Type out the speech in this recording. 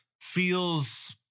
feels